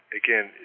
again